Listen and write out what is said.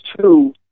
two